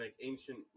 ancient